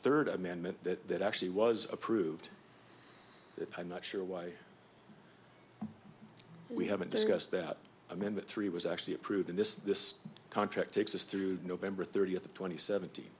third amendment that actually was approved i'm not sure why we haven't discussed that i mean the three was actually approved in this contract takes us through november thirtieth of twenty sevent